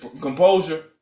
composure